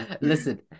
Listen